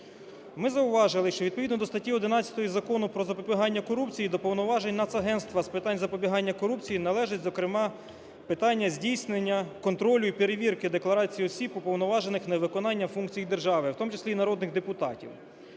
Ми зауважили, що відповідно до статті 11 Закону "Про запобігання корупції" до повноважень Нацагентства з питань запобігання корупції належить, зокрема, питання здійснення контролю і перевірки декларації осіб, уповноважених на виконання функцій держави, у тому числі і народних депутатів.